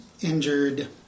injured